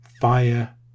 Fire